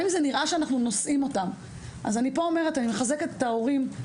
אני מחזקת את ההורים,